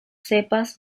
cepas